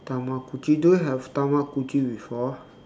tamagotchi do you have tamagotchi before